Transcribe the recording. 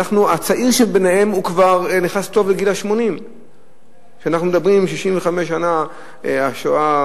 הצעיר שביניהם כבר נכנס לגיל 80. היום אנחנו מציינים 65 שנה לשואה.